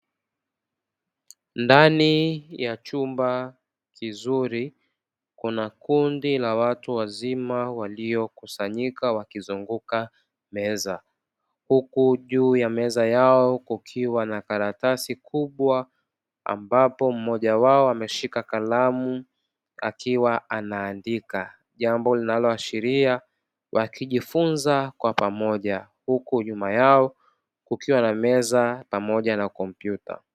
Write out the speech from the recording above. Ndani ya chumba kizuri kuna kundi la watu wazima waliokusanyika wakizunguka meza. Huku juu ya meza yao kukiwa na karatasi kubwa ambapo mmoja wao ameshika kalamu akiwa anaandika, jambo linaloashiria wakijifunza kwa pamoja; huku nyuma yao kukiwa na meza pamoja na kompyuta.